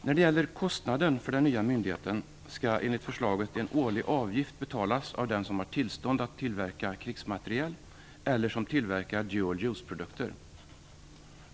När det gäller kostnaden för den nya myndigheten skall enligt förslaget en årlig avgift betalas av den som har tillstånd att tillverka krigsmateriel eller som tillverkar dual use-produkter.